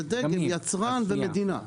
זה דגם, יצרן ומדינה.